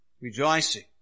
rejoicing